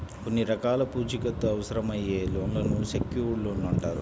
కొన్ని రకాల పూచీకత్తు అవసరమయ్యే లోన్లను సెక్యూర్డ్ లోన్లు అంటారు